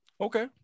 Okay